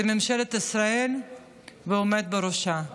זה ממשלת ישראל והעומד בראשה.